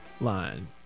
line